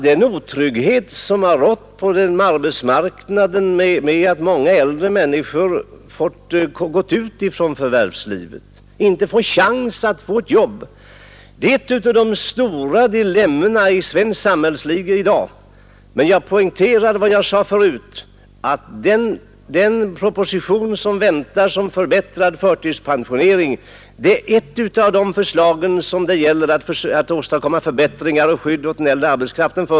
Den otrygghet som har rått på arbetsmarknaden med att många äldre människor fått gå ut från förvärvslivet, inte har en chans att få ett jobb, det är ett stort dilemma i svenskt samhällsliv i dag. Men jag poängterar vad jag sade förut: en proposition väntas om förbättrad förtidspensionering — det är ett av förslagen för att åstadkomma förbättringar och skydd åt den äldre arbetskraften.